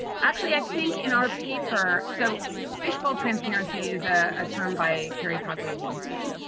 actually, i think in our paper, so fishbowl transparency is a term by cary coglianese.